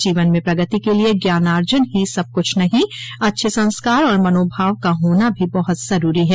जीवन में प्रगति के लिए ज्ञानार्जन ही सब कुछ नहों अच्छे संस्कार और मनोभाव का होना भी बहुत जरूरी है